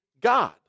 God